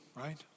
right